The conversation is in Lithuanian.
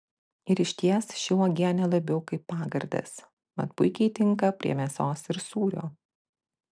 ir išties ši uogienė labiau kaip pagardas mat puikiai tinka prie mėsos ir sūrio